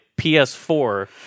PS4